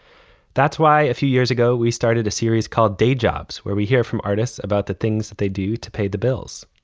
that's why a few years ago we started a series called day jobs where we hear from artists about the things that they do to pay the bills.